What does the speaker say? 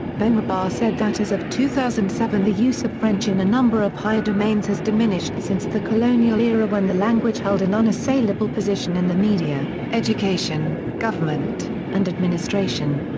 benrabah said that as of two thousand and seven the use of french in a number of higher domains has diminished since the colonial era when the language held an unassailable position in the media, education, government, and administration.